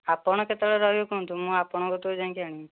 ଆପଣ କେତେବେଳେ ରହିବେ କୁହନ୍ତୁ ମୁଁ ଆପଣଙ୍କ ଠୁ ଯାଇକି ଆଣିବି